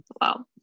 Wow